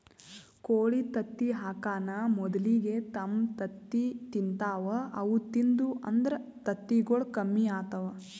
ಕೋಳಿ ತತ್ತಿ ಹಾಕಾನ್ ಮೊದಲಿಗೆ ತಮ್ ತತ್ತಿ ತಿಂತಾವ್ ಅವು ತಿಂದು ಅಂದ್ರ ತತ್ತಿಗೊಳ್ ಕಮ್ಮಿ ಆತವ್